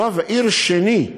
רב עיר שני,